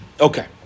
okay